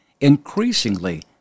increasingly